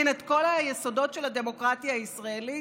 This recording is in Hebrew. את כל היסודות של הדמוקרטיה הישראלית,